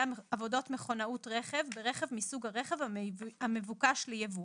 עבודות מכונאות רכב ברכב מסוג הרכב המבוקש לייבוא".